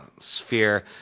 sphere